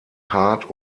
hart